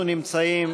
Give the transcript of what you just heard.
אנחנו נמצאים